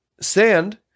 sand